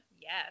Yes